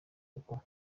uko